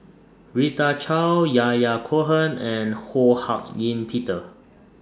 Rita Chao Yahya Cohen and Ho Hak Ean Peter